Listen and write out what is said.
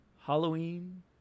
Halloween